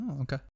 okay